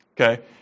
Okay